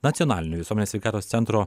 nacionalinio visuomenės sveikatos centro